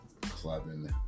Clubbing